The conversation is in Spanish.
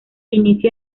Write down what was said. inicia